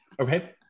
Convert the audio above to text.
Okay